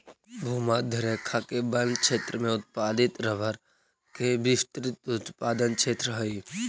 भूमध्य रेखा के वन क्षेत्र में उत्पादित रबर के विस्तृत उत्पादन क्षेत्र हइ